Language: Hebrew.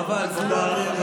חבל, זו לא הדרך.